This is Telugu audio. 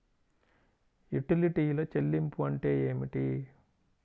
యుటిలిటీల చెల్లింపు అంటే ఏమిటి?